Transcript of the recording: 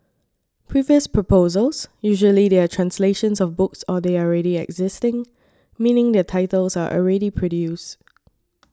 previous proposals usually they are translations of books or they are already existing meaning their titles are already produced